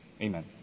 Amen